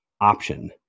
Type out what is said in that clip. option